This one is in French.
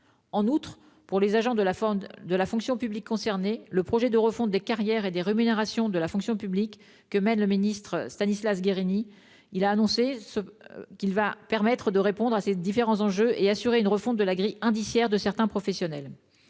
En outre, pour les agents de la fonction publique concernés, le projet de refonte des carrières et des rémunérations de la fonction publique, que mon collègue Stanislas Guerini a annoncé, permettra de répondre à ces différents enjeux et d'assurer une refonte de la grille indiciaire de certains professionnels.